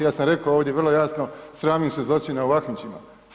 Ja sam rekao ovdje vrlo jasno, sramim se zločina u Ahmićima.